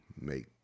make